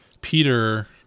Peter